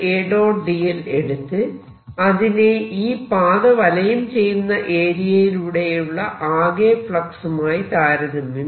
dl എടുത്ത് അതിനെ ഈ പാത വലയം ചെയ്യുന്ന ഏരിയയിലൂടെയുള്ള ആകെ ഫ്ളക്സുമായി താരതമ്യം